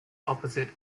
opposite